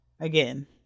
again